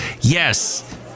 yes